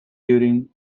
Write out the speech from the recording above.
during